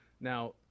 Now